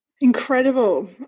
Incredible